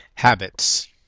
Habits